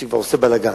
שהוא כבר עושה בלגן.